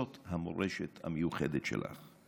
זאת המורשת המיוחדת שלך.